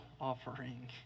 offering